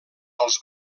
als